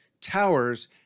Towers